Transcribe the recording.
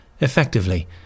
Effectively